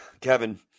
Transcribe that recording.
Kevin